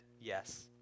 yes